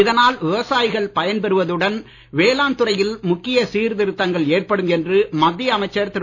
இதனால் விவசாயிகள் பயன்பெறுவதுடன் வேளாண் துறையில் முக்கிய சீர்திருத்தங்கள் ஏற்படும் என்று மத்திய அமைச்சர் திரு